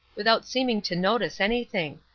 without seeming to notice anything.